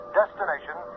destination